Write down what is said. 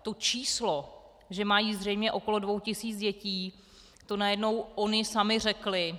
To číslo, že mají zřejmě okolo dvou tisíc dětí, to najednou ony samy řekly.